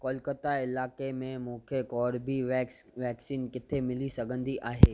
कोलकता इलाइक़े में मूंखे कोर्बीवेक्स वैक्स वैक्सीन किथे मिली सघंदी आहे